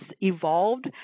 evolved